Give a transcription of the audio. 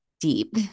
deep